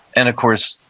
and of course,